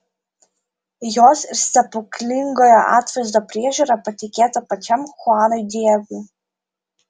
jos ir stebuklingojo atvaizdo priežiūra patikėta pačiam chuanui diegui